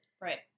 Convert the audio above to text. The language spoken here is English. Right